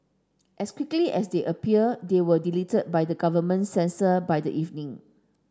as quickly as they appeared they were deleted by government censor by the evening